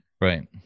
Right